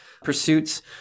Pursuits